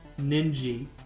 Ninji